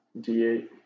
D8